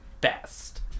best